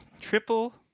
triple-